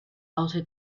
outer